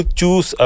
choose